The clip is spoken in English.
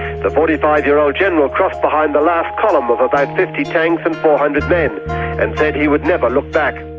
the forty five year old general crossed behind the last column of about fifty tanks and four hundred men and said he would never look back.